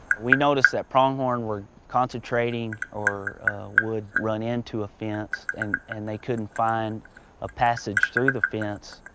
we noticed that pronghorn were concentrating, or would run into fence and and they couldn't find a passage through the fence,